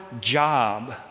job